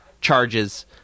charges